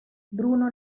bruno